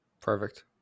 Perfect